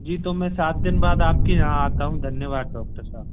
जी तो मैं सात दिन बाद आपके यहाँ आता हूँ धन्यवाद डॉक्टर साहब